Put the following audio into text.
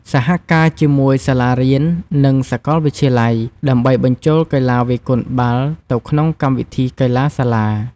សហការជាមួយ សាលារៀន និងសាកលវិទ្យាល័យ ដើម្បីបញ្ចូលកីឡាវាយកូនបាល់ទៅក្នុងកម្មវិធីកីឡាសាលា។